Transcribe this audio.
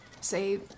say